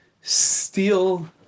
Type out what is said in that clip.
steal